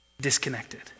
disconnected